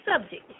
subject